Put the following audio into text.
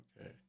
Okay